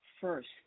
first